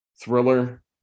thriller